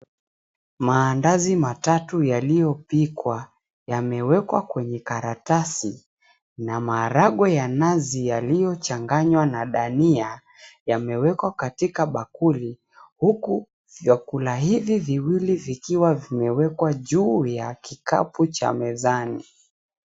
Maandazi matatu yaliyopikwa yamewekwa kwenye karatasi na maharagwe ya nazi yaliyochanganywa na dania yamewekwa katika bakuli, huku vyakula hivi viwili vikiwa vimewekwa juu ya kikapu cha mezani.